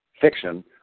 Fiction